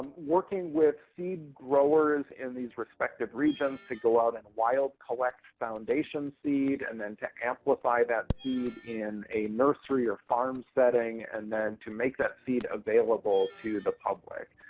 working with seed growers in these respective regions to go out and wild collect foundation seed, and then to amplify that seed in a nursery or farm setting, and then to make that seed available to the public.